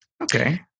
Okay